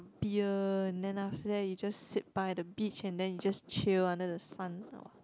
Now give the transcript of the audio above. beer and then after that you just sit by the beach and then you just chill under the sun